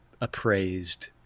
appraised